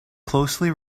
closely